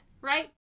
right